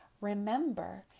remember